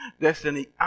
destiny